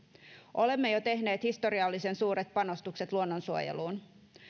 olemme jo tehneet historiallisen suuret panostukset luonnonsuojeluun